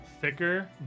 thicker